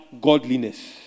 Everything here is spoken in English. godliness